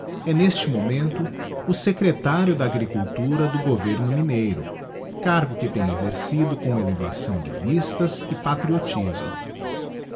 é neste momento o secretario da agricultura do governo mineiro cargo que tem exercido com elevação de vistas e patriotismo